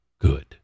good